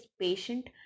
patient